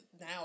now